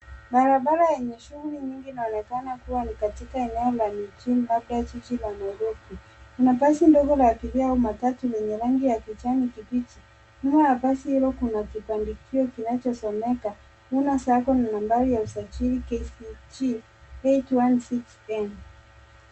Barabara yenye shughuli nyingi inaonekana kuwa ni katika eneo la mjini labda jiji la Nairobi. Kuna basi ndogo yakiwemo matatu yenye rangi ya kijani kibichi. Nyuma ya basi hilo kuna kibandikio kinachosomeka NENO SACCO na nambari ya usajili KCG 816N.